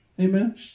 Amen